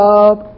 up